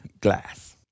glass